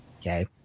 okay